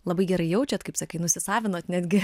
labai gerai jaučiat kaip sakai nusisavinot netgi